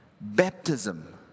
Baptism